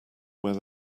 where